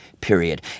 period